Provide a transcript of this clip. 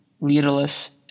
leaderless